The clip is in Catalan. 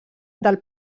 del